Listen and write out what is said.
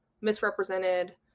misrepresented